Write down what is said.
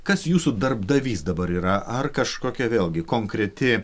kas jūsų darbdavys dabar yra ar kažkokia vėlgi konkreti